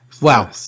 wow